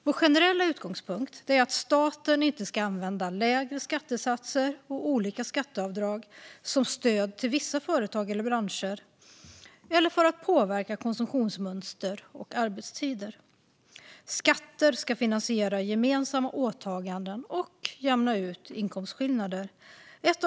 Vår generella utgångspunkt är att staten inte ska använda lägre skattesatser och olika skatteavdrag som stöd till vissa företag eller branscher eller för att påverka konsumtionsmönster och arbetstider. Skatter ska finansiera gemensamma åtaganden och jämna ut inkomstskillnader.